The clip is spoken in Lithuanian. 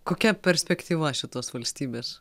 kokia perspektyva šitos valstybės